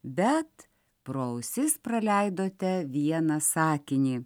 bet pro ausis praleidote vieną sakinį